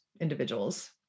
individuals